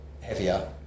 heavier